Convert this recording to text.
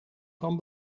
van